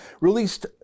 released